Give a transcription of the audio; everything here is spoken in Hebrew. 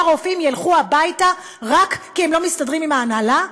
רופאים ילכו הביתה רק כי הם לא מסתדרים עם ההנהלה.